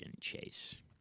Chase